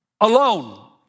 alone